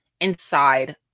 inside